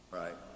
right